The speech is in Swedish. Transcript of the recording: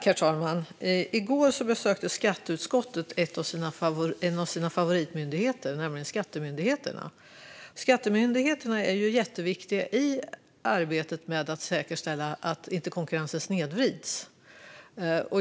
Herr talman! I går besökte skatteutskottet en av sina favoritmyndigheter, nämligen skattemyndigheterna. Skattemyndigheterna är ju jätteviktiga i arbetet med att säkerställa att konkurrensen inte snedvrids.